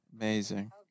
Amazing